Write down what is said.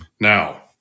Now